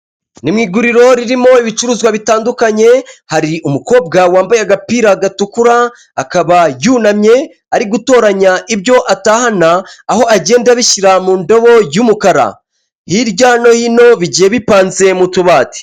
Ni mu iguriro ririmo ibicuruzwa bitandukanye, hari umukobwa wambaye agapira gatukura, akaba yunamye, ari gutoranya ibyo atahana aho agenda abishyira mu ndobo y'umukara, hirya no hino bigiye bipanze mu tubati.